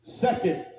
Second